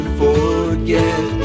forget